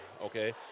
Okay